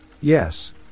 Yes